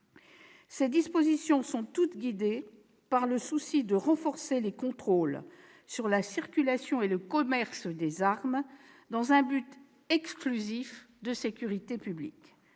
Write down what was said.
Ces dispositions sont toutes guidées par le souci de renforcer les contrôles sur la circulation et le commerce des armes, dans un but exclusif de sécurité publique.